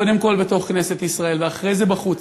קודם כול בתוך כנסת ישראל ואחרי זה בחוץ,